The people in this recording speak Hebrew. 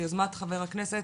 ביוזמת חבר הכנסת,